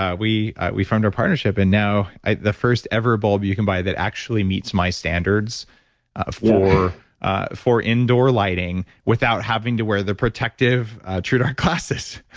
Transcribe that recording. ah we we formed our partnership and now, the first ever bulb you can buy that actually meets my standards ah for ah for indoor lighting without having to wear the protective truedark glasses,